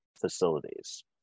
facilities